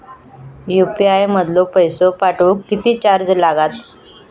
UPI मधलो पैसो पाठवुक किती चार्ज लागात?